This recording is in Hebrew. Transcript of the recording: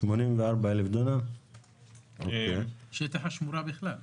84,000 דונם שטח השמורה בכלל.